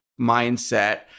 mindset